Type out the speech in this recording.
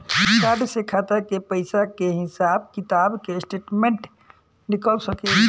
Card से खाता के पइसा के हिसाब किताब के स्टेटमेंट निकल सकेलऽ?